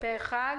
פה אחד.